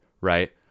right